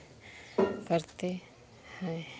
करते हैं